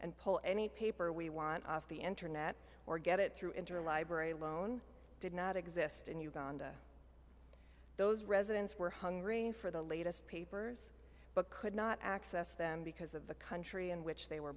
and pull any paper we want off the internet or get it through interlibrary loan did not exist in uganda those residents were hungry for the latest papers but could not access them because of the country in which they were